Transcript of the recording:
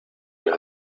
nos